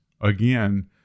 again